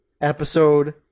episode